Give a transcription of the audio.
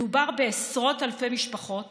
מדובר בעשרות אלפי משפחות